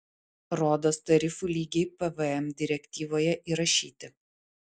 rodos tarifų lygiai pvm direktyvoje įrašyti